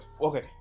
okay